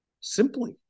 Simply